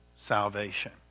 salvation